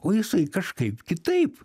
o jisai kažkaip kitaip